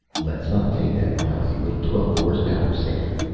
let's not take that lousy little twelve horse-power, sam,